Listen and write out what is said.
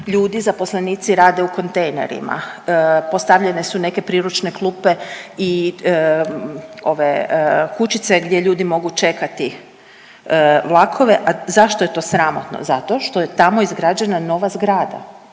Ljudi, zaposlenici rade u kontejnerima. Postavljene su neke priručne klupe i kućice gdje ljudi mogu čekati vlakove. A zašto je to sramotno? Zato što je tamo izgrađena nova zgrada,